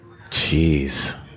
Jeez